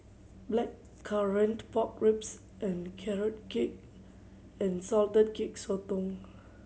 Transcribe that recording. Blackcurrant Pork Ribs and Carrot Cake and salted cake sotong